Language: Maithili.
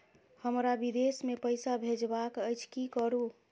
हमरा विदेश मे पैसा भेजबाक अछि की करू?